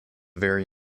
very